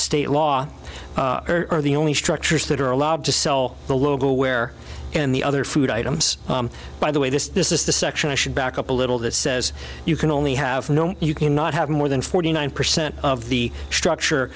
state law are the only structures that are allowed to sell the local wear and the other food items by the way this is the section i should back up a little that says you can only have no you cannot have more than forty nine percent of the structure